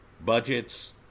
budgets